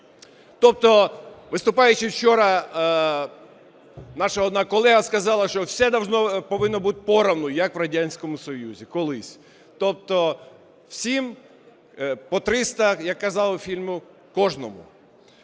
Тобто виступаючи вчора, наша одна колега сказала, що все повинно бути порівно, як в Радянському Союзі колись. Тобто всім по 300, як казав у фільмі, кожному.